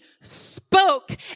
spoke